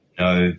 no